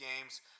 games